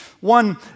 One